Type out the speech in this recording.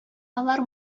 алар